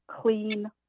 clean